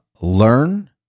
learn